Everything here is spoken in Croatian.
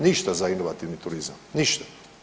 Ništa za inovativni turizam, ništa.